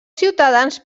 ciutadans